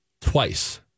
twice